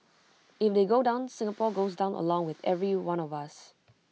if they go down Singapore goes down along with every one of us